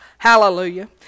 Hallelujah